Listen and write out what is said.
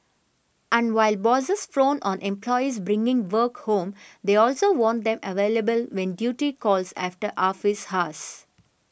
and while bosses frown on employees bringing work home they also want them available when duty calls after office hours